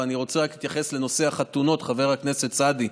ואני רוצה להתייחס לנושא החתונות, חבר הכנסת סעדי.